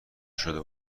شده